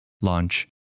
launch